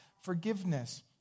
Forgiveness